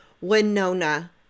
Winona